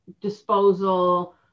disposal